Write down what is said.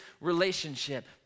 relationship